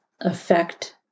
affect